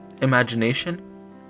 imagination